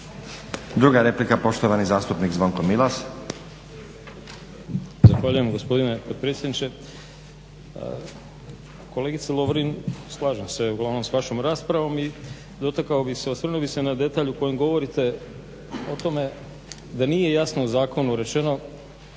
Druga replika, poštovani zastupnik Zvonko Milas.